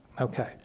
Okay